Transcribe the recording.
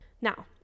now